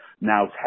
now